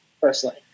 personally